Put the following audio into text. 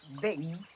big